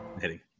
hitting